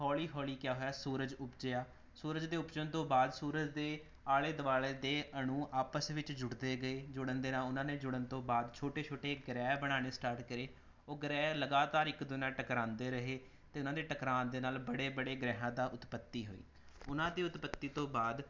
ਹੌਲ਼ੀ ਹੌਲ਼ੀ ਕਿਆ ਹੋਇਆ ਸੂਰਜ ਉਪਜਿਆ ਸੂਰਜ ਦੇ ਉਪਜਣ ਤੋਂ ਬਾਅਦ ਸੂਰਜ ਦੇ ਆਲ਼ੇ ਦੁਆਲ਼ੇ ਦੇ ਅਣੂੰ ਆਪਸ ਵਿੱਚ ਜੁੜਦੇ ਗਏ ਜੁੜਨ ਦੇ ਨਾਲ ਉਹਨਾਂ ਨੇ ਜੁੜਨ ਤੋਂ ਬਾਅਦ ਛੋਟੇ ਛੋਟੇ ਗ੍ਰਹਿ ਬਣਾਉਣੇ ਸਟਾਰਟ ਕਰੇ ਉਹ ਗ੍ਰਹਿ ਲਗਾਤਾਰ ਇੱਕ ਦੂਜੇ ਨਾਲ ਟਕਰਾਉਂਦੇ ਰਹੇ ਅਤੇ ਉਹਨਾਂ ਦੇ ਟਕਰਾਉਣ ਦੇ ਨਾਲ ਬੜੇ ਬੜੇ ਗ੍ਰਹਿਆਂ ਦੀ ਉਤਪਤੀ ਹੋਈ ਉਹਨਾਂ ਦੀ ਉਤਪਤੀ ਤੋਂ ਬਾਅਦ